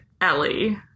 Ellie